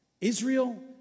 Israel